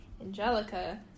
Angelica